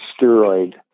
steroid